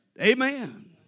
Amen